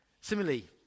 Similarly